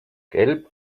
gelb